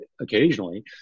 occasionally